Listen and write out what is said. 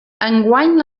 enguany